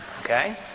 Okay